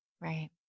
Right